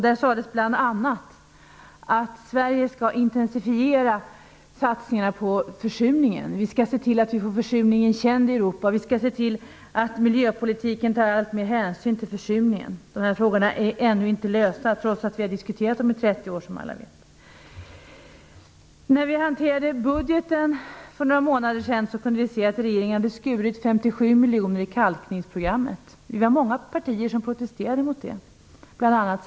Där sades bl.a. att Sverige skall intensifiera satsningarna mot försurningen. Vi skall se till att få försurningen känd i Europa och se till att miljöpolitiken tar allt större hänsyn till försurningen. Dessa frågor är ännu inte lösta, trots att vi har diskuterat dem i 30 år, som alla vet. När vi behandlade budgeten för några månader sedan kunde vi se att regeringen hade skurit 57 miljoner i kalkningsprogrammet. Vi var många partier som protesterade mot detta, bl.a.